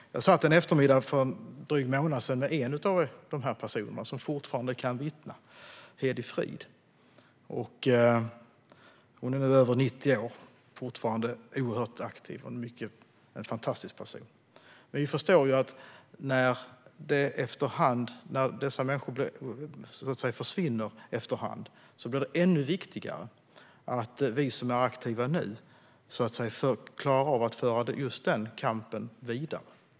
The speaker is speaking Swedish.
Jag satt en eftermiddag för en dryg månad sedan med en av de personer som fortfarande kan vittna om detta, Hédi Fried. Hon är nu över 90 år men är fortfarande oerhört aktiv. Det är en fantastisk person. Men när dessa människor efter hand försvinner blir det ännu viktigare att vi som nu är aktiva klarar av att föra just den kampen vidare.